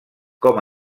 com